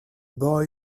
boy